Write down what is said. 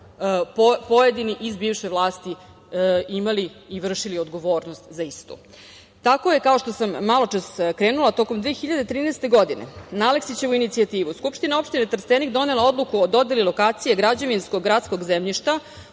su pojedini iz bivše vlasti imali i vršili odgovornost za istu. Tako je, kao što sam maločas krenula, tokom 2013. godine, na Aleksićevu inicijativu, SO Trstenik donela odluku o dodeli lokacije građevinskog gradskog zemljišta